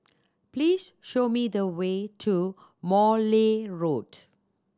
please show me the way to Morley Road